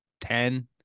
ten